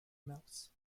mouse